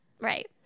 right